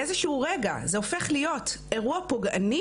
באיזה שהוא רגע זה הופך להיות אירוע פוגעני?